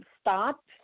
stop